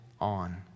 on